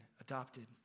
adopted